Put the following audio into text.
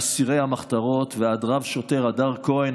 מאסירי המחתרות ועד רב-שוטר הדר כהן,